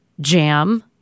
jam